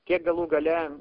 kiek galų gale